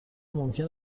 ممکن